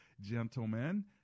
gentlemen